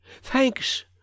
Thanks